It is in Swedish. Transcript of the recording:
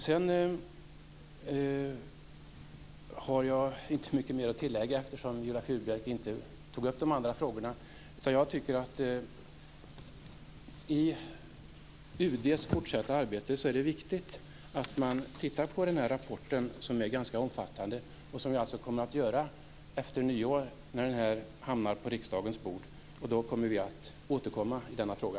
Sedan har jag inte så mycket mer att tillägga, eftersom Viola Furubjelke inte tog upp de andra frågorna. När det gäller UD:s fortsatta arbete är det viktigt att man ser över den ganska omfattande rapporten, vilket vi kommer att göra efter nyår när den hamnar på riksdagens bord. Då återkommer vi i denna fråga.